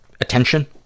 attention